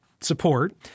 support